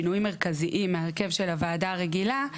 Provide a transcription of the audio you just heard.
המרכזיים מההרכב של הוועדה הרגילה,